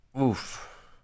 Oof